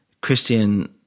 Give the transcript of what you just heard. Christian